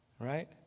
right